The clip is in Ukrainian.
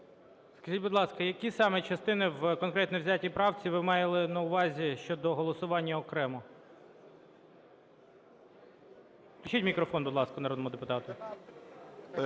Скажіть, будь ласка, які саме частини саме в конкретно взятій правці ви мали на увазі щодо голосування окремо? Включіть мікрофон, народному депутату.